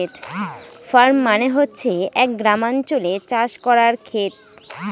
farm মানে হচ্ছে এক গ্রামাঞ্চলে চাষ করার খেত